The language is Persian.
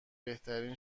بهترین